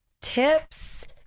tips